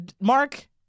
Mark